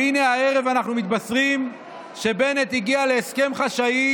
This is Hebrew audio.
והינה הערב אנחנו מתבשרים שבנט הגיע להסכם חשאי,